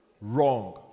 Wrong